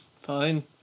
Fine